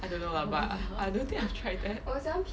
I don't know lah but I I don't think I've tried that